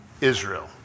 Israel